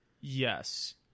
yes